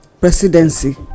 presidency